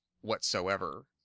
whatsoever